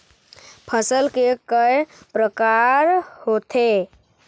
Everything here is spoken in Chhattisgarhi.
फसल के कय प्रकार होथे?